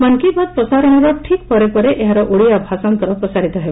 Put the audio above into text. ମନ୍ କି ବାତ୍ ପ୍ରସାରଣର ଠିକ୍ ପରେ ପରେ ଏହାର ଓଡ଼ିଆ ଭାଷାନ୍ତର ପ୍ରସାରିତ ହେବ